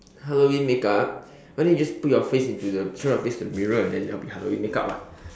Halloween makeup why don't you just put your face into the show your face into the mirror and then that will be Halloween makeup [what]